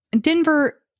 Denver